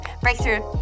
Breakthrough